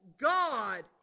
God